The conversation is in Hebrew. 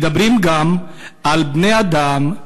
מדברים גם על בני-אדם.